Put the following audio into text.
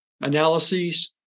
analyses